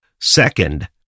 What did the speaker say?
Second